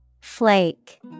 Flake